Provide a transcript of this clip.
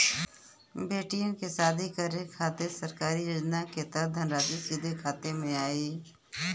बेटियन के शादी करे के खातिर सरकारी योजना के तहत धनराशि सीधे खाता मे आई?